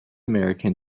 american